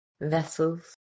vessels